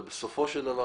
אבל בסופו של דבר,